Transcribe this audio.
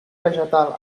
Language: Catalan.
vegetal